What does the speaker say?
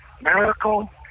Miracle